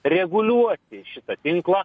reguliuoti šitą tinklą